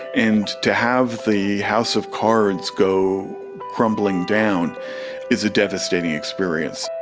and to have the house of cards go crumbling down is a devastating experience.